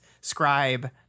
scribe